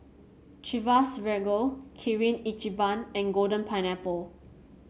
Chivas Regal Kirin Ichiban and Golden Pineapple